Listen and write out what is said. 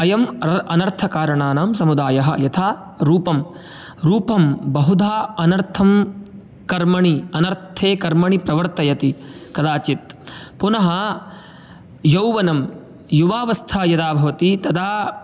अयम् अर् अनर्थकारणानां समुदायः यथा रूपं रूपं बहुधा अनर्थं कर्मणि अनर्थे कर्मणि प्रवर्तयति कदाचित् पुनः यौवनं युवावस्था यदा भवति तदा